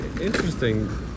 interesting